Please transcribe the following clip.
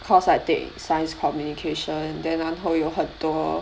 cause I take science communication then 然后有很多